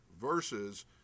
versus